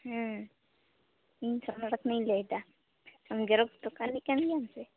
ᱤᱧ ᱥᱟᱢᱚᱞᱟ ᱠᱷᱚᱱᱟᱜ ᱤᱧ ᱞᱟᱹᱭᱮᱜᱼᱟ ᱟᱢ ᱡᱮᱨᱚᱠᱥ ᱫᱚᱠᱟᱱ ᱨᱤᱱᱤᱡ ᱠᱟᱱ ᱜᱮᱭᱟᱢ ᱥᱮ